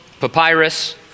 papyrus